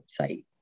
website